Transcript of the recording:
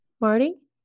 marty